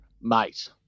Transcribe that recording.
Mate